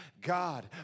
God